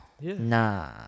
Nah